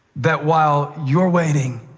that while you're waiting